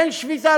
כן שביתה,